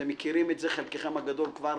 אתם מכירים את זה, חלקכם הגדול כבר